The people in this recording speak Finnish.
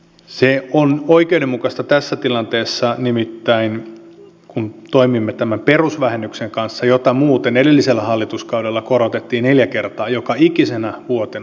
se on oikeudenmukaista tässä tilanteessa kun toimimme tämän perusvähennyksen kanssa jota muuten edellisellä hallituskaudella korotettiin neljä kertaa joka ikisenä vuotena